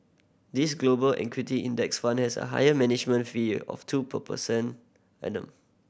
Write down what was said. this Global Equity Index Fund has a high management fee of two per percent annum